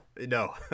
No